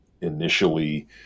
initially